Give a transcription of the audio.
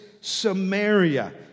Samaria